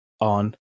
on